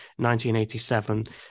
1987